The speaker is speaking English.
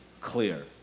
clear